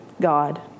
God